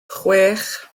chwech